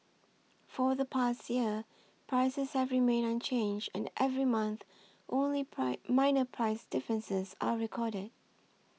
for the past year prices have remained unchanged and every month only price minor price differences are recorded